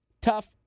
tough